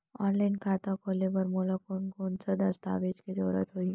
Online खाता खोले बर मोला कोन कोन स दस्तावेज के जरूरत होही?